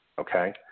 Okay